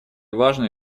важную